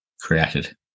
created